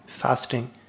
fasting